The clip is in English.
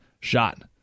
shot